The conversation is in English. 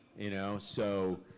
you know? so,